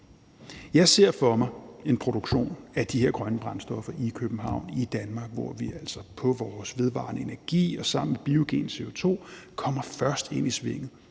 Jeg ser for mig en produktion af de her grønne brændstoffer i København, i Danmark, hvor vi altså med vores vedvarende energi og sammen med biogen CO2 kommer først ind i svinget